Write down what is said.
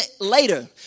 later